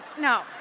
no